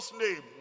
name